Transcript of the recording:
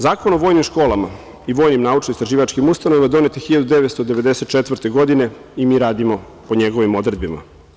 Zakon o vojnim školama i vojnim naučno-istraživačkim ustanovama donet je 1994. godine i mi radimo po njegovim odredbama.